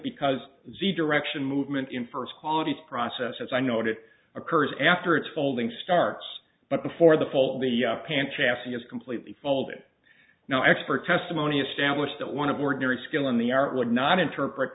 because zeke direction movement in first qualities process as i noted occurs after it's folding starts but before the full the pan chassis is completely folded no expert testimony established that one of ordinary skill in the art would not interpret